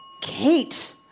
Kate